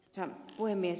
arvoisa puhemies